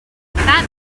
that